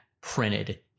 printed